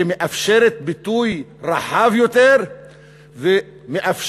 שמאפשרת ביטוי רחב יותר ומאפשרת